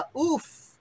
Oof